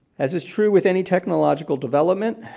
as is true with any technological development,